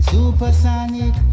Supersonic